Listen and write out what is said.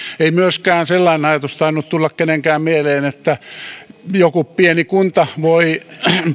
ei myöskään sellainen ajatus tainnut tulla kenenkään mieleen että joku pieni kunta voi